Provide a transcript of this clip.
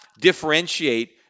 differentiate